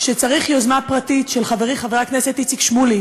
שצריך יוזמה פרטית של חברי חבר הכנסת איציק שמולי